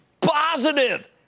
positive